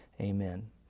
amen